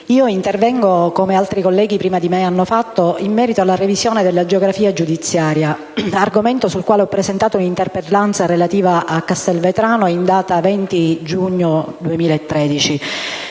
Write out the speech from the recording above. intervengo, come altri colleghi prima di me hanno fatto, in merito alla revisione della geografia giudiziaria, argomento sul quale ho presentato un'interpellanza relativa a Castelvetrano in data 20 giugno 2013.